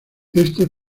este